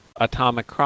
atomic